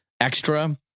extra